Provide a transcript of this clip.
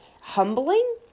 humbling